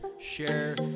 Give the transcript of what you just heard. share